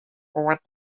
what